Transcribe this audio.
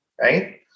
Right